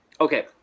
Okay